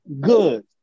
good